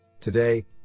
Today